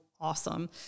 Awesome